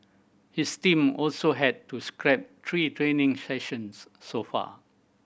his team also had to scrap three training sessions so far